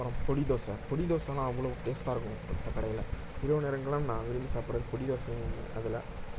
அப்பறம் பொடி தோசை பொடி தோசைனா அவ்வளோ டேஸ்டாக இருக்கும் ஒரு சில கடையில் இரவு நேரங்களில் நான் வெளியில் சாப்பிட்றது பொடி தோசை அதில்